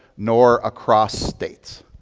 nor across states.